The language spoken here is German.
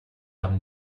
haben